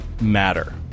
matter